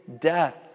death